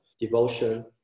devotion